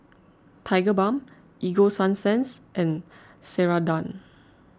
Tigerbalm Ego Sunsense and Ceradan